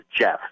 Jeff